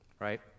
Right